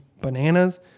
bananas